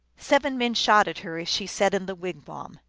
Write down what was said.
seven men shot at her, as she sat in the wigwam.